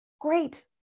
great